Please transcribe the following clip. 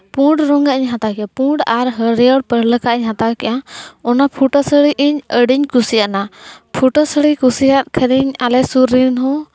ᱯᱩᱰ ᱨᱚᱝᱟᱜ ᱤᱧ ᱦᱟᱛᱟᱣ ᱠᱮᱫᱟ ᱯᱩᱰ ᱟᱨ ᱦᱟᱹᱨᱭᱟᱹᱲ ᱯᱟᱲᱞᱟᱹᱠᱟᱜ ᱤᱧ ᱦᱟᱛᱟᱣ ᱠᱮᱫᱼᱟ ᱚᱱᱟ ᱯᱷᱩᱴᱟᱹ ᱥᱟᱹᱲᱤ ᱤᱧ ᱟᱹᱰᱤᱧ ᱠᱩᱥᱤᱭᱟᱫᱼᱟ ᱯᱷᱩᱴᱟᱹ ᱥᱟᱹᱲᱤᱧ ᱠᱩᱥᱤᱭᱟᱜ ᱠᱷᱟᱱᱤᱧ ᱟᱞᱮ ᱥᱩᱨ ᱨᱮᱱ ᱦᱚᱸ